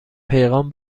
پیغام